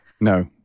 No